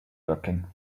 working